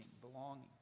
belonging